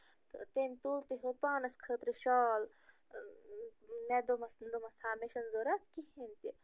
تہٕ تٔمۍ تُل تہٕ ہیوٚت پانس خٲطرٕ شال مےٚ دوٚپمس دوٚپمس تھاو مےٚ چھنہٕ ضوٚرَتھ کِہیٖنۍ تہِ